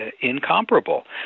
incomparable